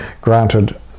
granted